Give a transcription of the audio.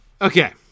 Okay